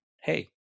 hey